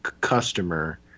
customer